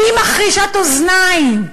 והיא מחרישת אוזניים.